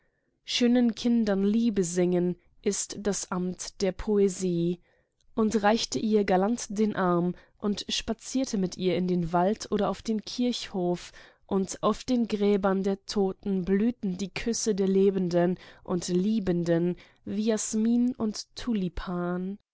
schönen kindern liebe singen ist das amt der poesie und reichte ihr galant den arm und spazierte mit ihr in den wald oder auf den kirchhof und auf den gräbern der toten blühten die küsse der lebenden und liebenden wie jasmin und